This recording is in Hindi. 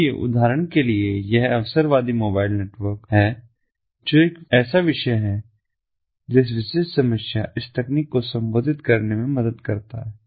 इसलिए उदाहरण के लिए यह अवसरवादी मोबाइल नेटवर्क है जो एक ऐसा विषय है जो इस विशेष समस्या इस तकनीक को संबोधित करने में मदद कर सकता है